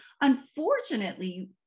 unfortunately